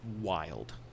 wild